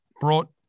brought